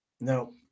No